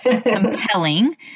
compelling